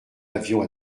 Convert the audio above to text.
avions